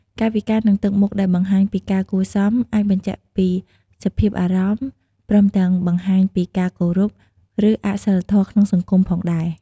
កាយវិការ និងទឹកមុខដែលបង្ហាញពីការគួរសម អាចបញ្ជាក់ពីសភាពអារម្មណ៍ ព្រមទាំងបង្ហាញពីការគោរព ឬអសីលធម៌ក្នុងសង្គមផងដែរ។